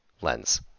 lens